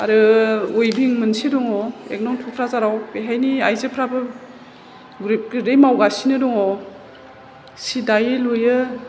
आरो उइभिं मोनसे दङ एक नं थुक्राझाराव बेवहायनि आइजोफ्राबो ग्रिद ग्रिदयै मावगासिनो दङ सि दायो लुयो